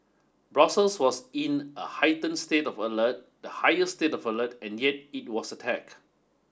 Brussels was in a heighten state of alert the highest state of alert and yet it was attack